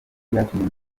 byatumye